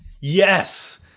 Yes